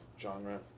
genre